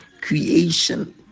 creation